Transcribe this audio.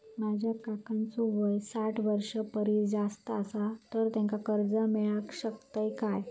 माझ्या काकांचो वय साठ वर्षां परिस जास्त आसा तर त्यांका कर्जा मेळाक शकतय काय?